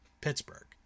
Pittsburgh